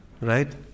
right